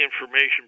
information